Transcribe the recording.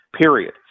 period